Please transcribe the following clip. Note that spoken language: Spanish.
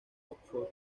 oxford